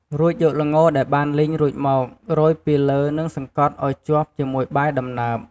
រួចយកល្ងដែលបានលីងរួចមក រោយពីលើនិងសង្កត់ឱ្យជាប់ជាមួយបាយដំណើប។